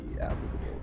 applicable